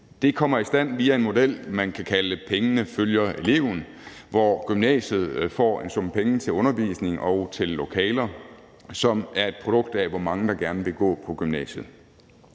Det kommer i stand via en model, som man kan kalde »pengene følger eleven«, hvor gymnasierne får en sum penge til undervisning og til lokaler, som er et produkt af, hvor mange der gerne vil gå på gymnasiet.